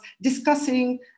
discussing